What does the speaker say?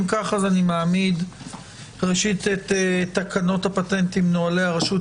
אם כך אני מעמיד תקנות הפטנטים (נוהלי הרשות,